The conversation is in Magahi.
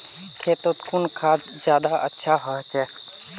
खेतोत कुन खाद ज्यादा अच्छा होचे?